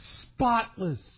spotless